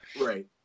right